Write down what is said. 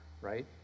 right